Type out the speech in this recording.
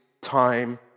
time